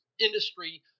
industry